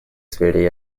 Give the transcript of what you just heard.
сфере